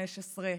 15,